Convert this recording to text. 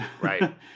Right